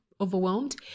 overwhelmed